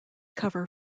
cover